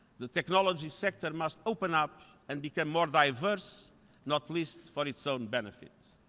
the technology sector must open up and become more diverse not least for its own benefit.